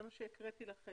זה מה שהקראתי לכם.